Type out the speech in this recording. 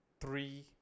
three